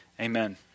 amen